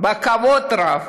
רב, בכבוד רב.